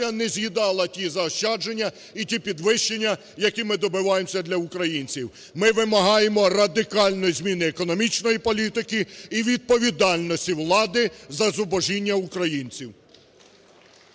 не з'їдала ті заощадження і ті підвищення, які ми добиваємося для українців. Ми вимагаємо радикальної зміни економічної політики і відповідальності влади за зубожіння українців.